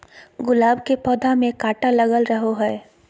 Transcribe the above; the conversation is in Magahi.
गुलाब के पौधा में काटा लगल रहो हय